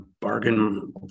bargain